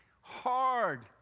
Hard